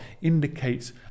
indicates